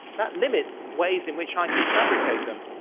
that limits ways in which i can fabricate them.